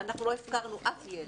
אנחנו לא הפקרנו אף ילד.